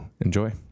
Enjoy